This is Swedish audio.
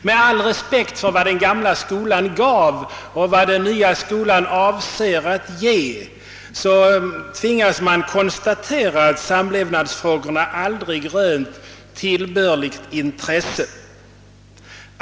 Med all respekt för vad den gamla skolan gav och vad den nya skolan avser att ge, tvingas man konstatera att samlevnadsfrågorna aldrig rönt tillbörligt intresse.